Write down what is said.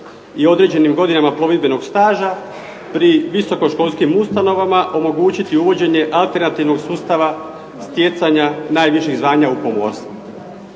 i određenim godinama plovidbenog staža pri visokoškolskim ustanovama omogućiti uvođenje alternativnog sustava stjecanja najviših zvanja u pomorstvu.